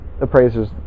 appraisers